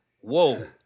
Whoa